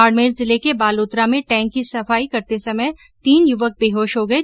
बाडमेर जिले के बालोतरा में टैंक की सफाई करते तीन युवक बेहोश हो गये